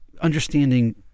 understanding